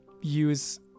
use